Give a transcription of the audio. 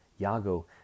Iago